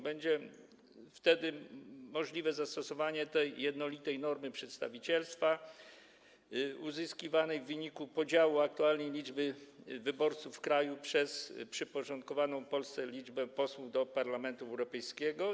Będzie wtedy możliwe zastosowanie jednolitej normy przedstawicielstwa, uzyskiwanej w wyniku podziału aktualnej liczby wyborców w kraju przez przyporządkowaną Polsce liczbę posłów do Parlamentu Europejskiego.